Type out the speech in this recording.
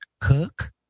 cook